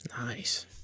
Nice